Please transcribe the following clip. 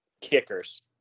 Kickers